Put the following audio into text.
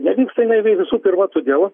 nevyksta jinai visų pirma todėl